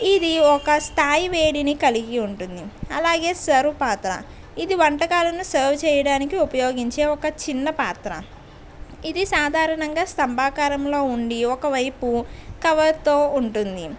ఇది ఒక స్థాయి వేడిని కలిగి ఉంటుంది అలాగే సర్వ్ పాత్ర ఇది వంటకాలలో సర్వ్ చేయడానికి ఉపయోగపయోగించే ఒక చిన్న పాత్ర ఇది సాధారణంగా స్తంభాకారంలో ఉండి ఒకవైపు కవర్తో ఉంటుంది